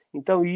Então